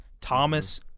Thomas